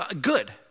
Good